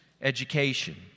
education